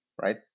Right